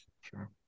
sure